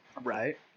Right